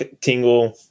Tingle